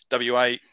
WA